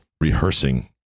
rehearsing